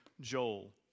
Joel